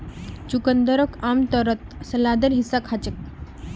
चुकंदरक आमतौरत सलादेर हिस्सा खा छेक